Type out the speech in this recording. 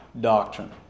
doctrine